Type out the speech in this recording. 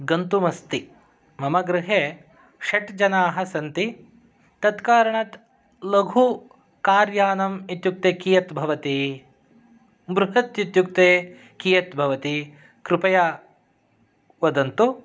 गन्तुम् अस्ति मम गृहे षट्जनाः सन्ति तत्कारणात् लघुकार्यानम् इत्युक्ते कियत् भवति बृहत् इत्युक्ते कियत् भवति कृपया वदन्तु